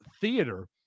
theater